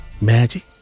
Magic